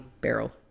barrel